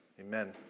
Amen